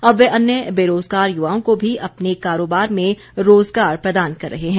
अब वे अन्य बेरोज़गार युवाओं को भी अपने कारोबार में रोज़गार प्रदान कर रहे हैं